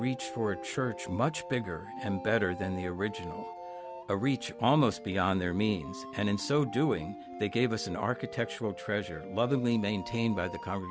reach for a church much bigger and better than the original a reach almost beyond their means and in so doing they gave us an architectural treasure lovingly maintained by the co